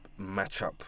matchup